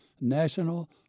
National